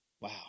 Wow